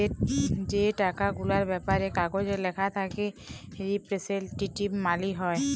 যে টাকা গুলার ব্যাপারে কাগজে ল্যাখা থ্যাকে রিপ্রেসেলট্যাটিভ মালি হ্যয়